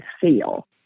feel